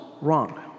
wrong